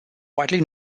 widely